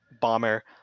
bomber